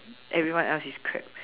everyone else is crap